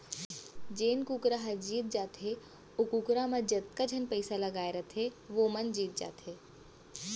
जेन कुकरा ह जीत जाथे ओ कुकरा म जतका झन पइसा लगाए रथें वो मन जीत जाथें